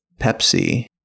Pepsi